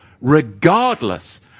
regardless